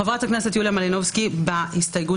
חברת הכנסת יוליה מלינובסקי בהסתייגות